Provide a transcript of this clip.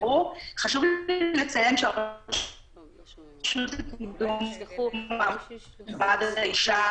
שלוש נקודות שהתנגדנו אליהן, שתי בעיות נפתרו,